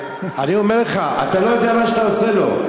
אני אומר לך, אתה לא יודע מה שאתה עושה לו.